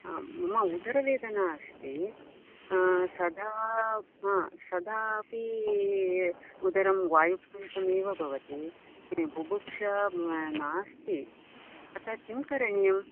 मम उदरवेदना अस्ति सदा सदा अपि उदरं वायुपूरितमेव भवति बुभुक्षा नास्ति अत किं करणीयं